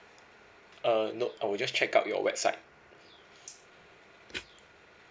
uh nop I will just check out your website